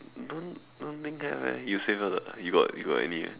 don't don't think have eh you say first ah you got you got any eh